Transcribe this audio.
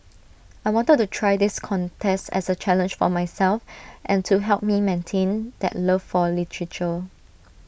I wanted to try this contest as A challenge for myself and to help me maintain that love for literature